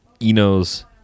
Eno's